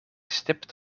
stipt